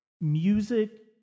music